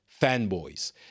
fanboys